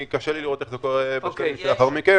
קשה לי לראות איך זה קורה לאחר מכן.